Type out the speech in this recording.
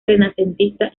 renacentista